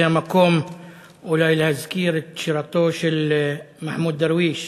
זה המקום אולי להזכיר את שירתו של מחמוד דרוויש